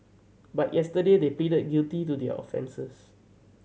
but yesterday they pleaded a guilty to their offences